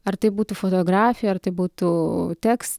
ar tai būtų fotografija ar tai būtų teks